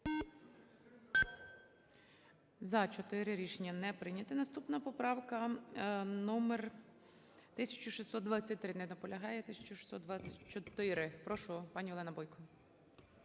За-4 Рішення не прийнято. Наступна поправка - номер 1623. Не наполягає. 1624. Прошу, пані Олена Бойко.